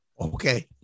Okay